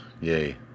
yay